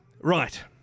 Right